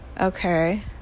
okay